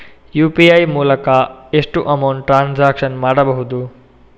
UPI ಮೂಲಕ ಎಷ್ಟು amount transaction ಮಾಡಬಹುದು?